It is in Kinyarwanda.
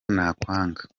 nakwanga